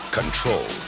control